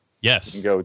Yes